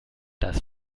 das